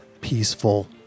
peaceful